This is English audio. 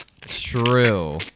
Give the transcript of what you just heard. True